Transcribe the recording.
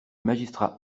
magistrats